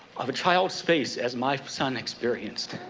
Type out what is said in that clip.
of a child's face as my son experienced.